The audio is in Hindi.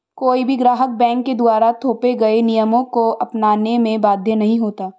कोई भी ग्राहक बैंक के द्वारा थोपे गये नियमों को अपनाने में बाध्य नहीं होता